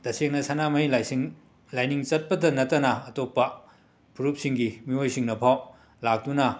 ꯇꯁꯦꯡꯅ ꯁꯅꯥꯄꯍꯤ ꯂꯥꯏꯁꯪ ꯂꯥꯏꯅꯤꯡ ꯆꯠꯄꯗ ꯅꯠꯇꯅ ꯑꯇꯣꯞꯄ ꯐꯨꯔꯨꯞꯁꯤꯡꯒꯤ ꯃꯤꯑꯣꯏꯁꯤꯡꯅꯐꯥꯎ ꯂꯥꯛꯇꯨꯅ